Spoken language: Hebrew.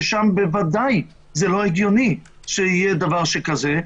ששם בוודאי זה לא הגיוני שיהיה דבר שכזה.